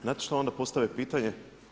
Znate šta onda postave pitanje?